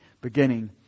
beginning